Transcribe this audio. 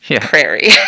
prairie